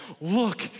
Look